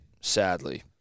sadly